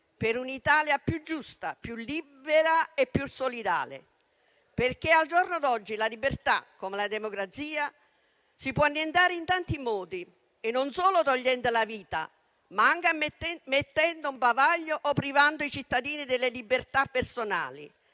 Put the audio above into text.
per un'Italia più giusta, più libera e più solidale, perché al giorno d'oggi la libertà, come la democrazia, si può annientare in tanti modi e non solo togliendo la vita, ma anche mettendo un bavaglio o privando i cittadini delle libertà personali.